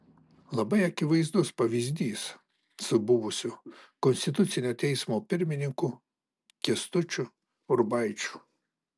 labai akivaizdus pavyzdys su buvusiu konstitucinio teismo pirmininku kęstučiu urbaičiu